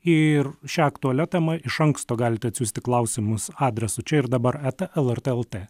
ir šia aktualia tema iš anksto galite atsiųsti klausimus adresu čia ir dabar eta lrt lt